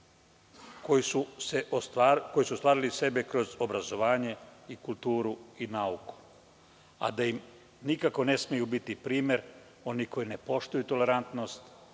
koji su ostvarili kroz obrazovanje, kulturu i nauku, a da im nikako ne smeju biti primer oni koji ne poštuju tolerantnost,